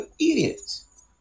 idiots